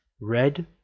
red